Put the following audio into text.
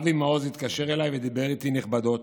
אבי מעוז התקשר אליי ודיבר איתי נכבדות,